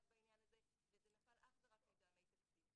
בעניין הזה וזה נפל אך ורק מטעמי תקציב.